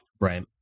Right